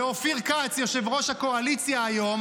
ואופיר כץ ,יושב-ראש הקואליציה היום,